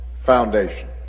foundation